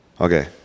Okay